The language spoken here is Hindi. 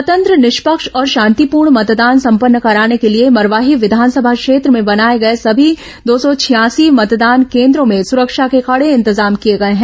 स्वतंत्र निष्पक्ष और शांतिपूर्ण मतदान संपन्न कराने के लिए मरवाही विधानसभा क्षेत्र में बनाए गए सभी दो सौ छियासी मतदान केन्द्रो में सुरक्षा के कड़े इतजाम किए गए हैं